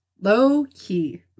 low-key